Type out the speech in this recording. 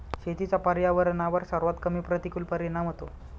शेतीचा पर्यावरणावर सर्वात कमी प्रतिकूल परिणाम होतो